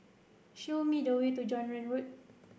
show me the way to John Road